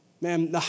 Man